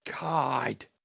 God